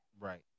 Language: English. Right